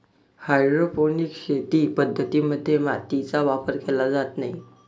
hydroponic शेती पद्धतीं मध्ये मातीचा वापर केला जात नाही